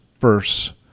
verse